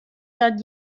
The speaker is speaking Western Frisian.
dat